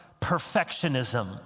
perfectionism